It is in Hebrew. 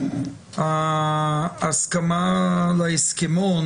ההסכמה להסכמון